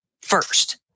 first